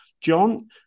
John